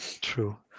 True